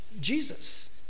Jesus